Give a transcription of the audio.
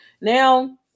now